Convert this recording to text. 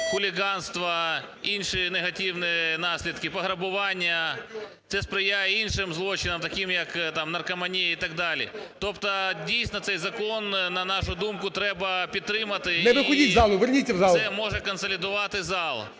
хуліганство інші негативні наслідки, пограбування, це сприяє іншим злочинам таким як, там наркоманія і так далі. Тобто, дійсно, цей закон, на нашу думку, треба підтримати і… ГОЛОВУЮЧИЙ. Не виходіть із залу. Верніться в зал. ЯЦЕНКО А.В. …і це може консолідувати зал